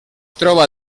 troba